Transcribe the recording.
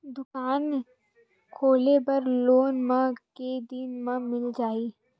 दुकान खोले बर लोन मा के दिन मा मिल जाही?